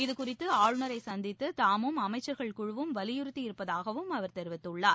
இது குறித்து ஆளுநரை சந்தித்து தாமும் அமைச்சர்கள் குழுவும் வலியுறுத்தியிருப்பதாகவும் அவா் தெரிவித்துள்ளார்